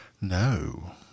No